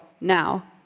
now